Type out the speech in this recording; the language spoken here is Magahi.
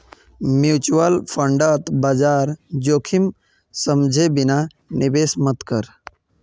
म्यूचुअल फंडत बाजार जोखिम समझे बिना निवेश मत कर